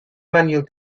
manual